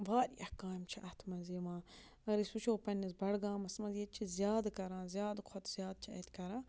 واریاہ کامہِ چھِ اَتھ مَنٛز یِوان اگر أسۍ وٕچھو پنٛنِس بَڈگامَس مَنٛز ییٚتہِ چھِ زیادٕ کَران زیاد کھۄتہٕ زیاد چھِ اَتہِ کَران